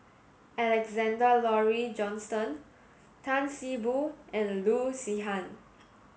Alexander Laurie Johnston Tan See Boo and Loo Zihan